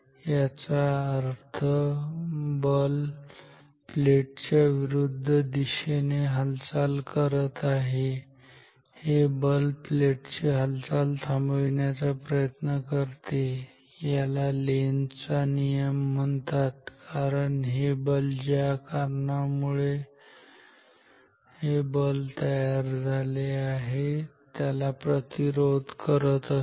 याचा अर्थ बाल प्लेट च्या हालचालीच्या विरुद्ध दिशेने कार्य करते हे बल या प्लेट ची हालचाल थांबविण्याचा प्रयत्न करते याला लेंझचा नियम म्हणतात कारण हे बल ज्या कारणांमुळे हे बल तयार झाले त्याला प्रतिरोध करत असते